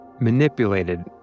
manipulated